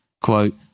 Quote